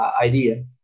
idea